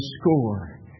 score